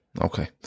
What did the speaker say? okay